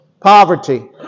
Poverty